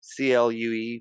CLUE